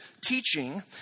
teaching